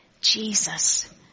Jesus